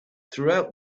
throughout